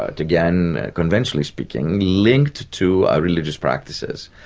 but again, conventionally speaking, linked to ah religious practices,